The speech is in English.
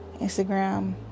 Instagram